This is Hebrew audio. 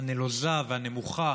הנלוזה והנמוכה,